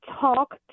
talk